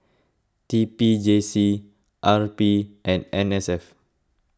T P J C R P and N S F